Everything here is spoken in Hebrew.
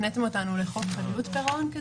הפניתם אותנו לחוק חדלות פירעון?